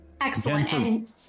Excellent